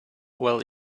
well